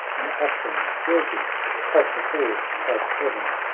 an offering worthy of the forge of heaven.